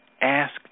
Ask